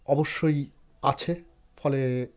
অবশ্যই আছে ফলে